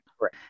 Right